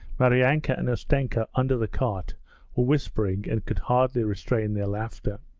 maryanka and ustenka under the cart were whispering and could hardly restrain their laughter.